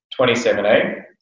2017